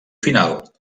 final